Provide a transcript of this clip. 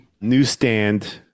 newsstand